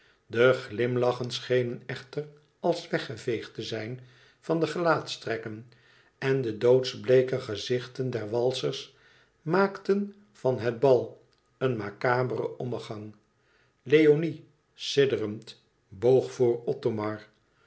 de glimlachen schenen echter als weggeveegd te zijn van de gelaatstrekken en de doodsbleeke gezichten der walsers maakten van het bal een macabere ommegang leoni sidderend boog voor